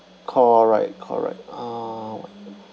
correct correct um